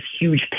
huge